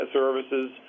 services